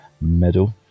medal